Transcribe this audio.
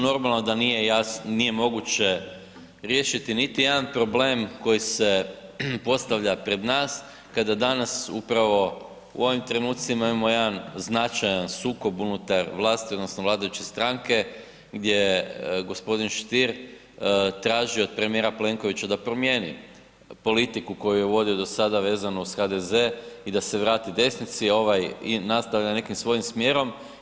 Normalno da nije jasno nije moguće riješiti niti jedan problem koji se postavlja pred nas kada danas upravo u ovim trenucima imamo jedan značajan sukob unutar vlasti odnosno vladajuće stranke, gdje g. Stier traži od premijera Plenkovića da promijeni politiku koju je vodio do sada vezano uz HDZ i da se vrati desnici, ovaj nastavlja nekim svojim smjerom.